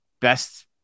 best